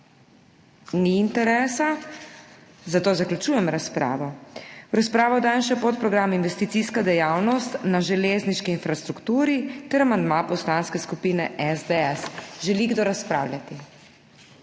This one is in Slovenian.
Ni interesa, zato zaključujem razpravo. V razpravo dajem še podprogram Investicijska dejavnost na železniški infrastrukturi ter amandma Poslanske skupine SDS. Želi kdo razpravljati?